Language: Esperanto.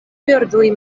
birdoj